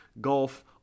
golf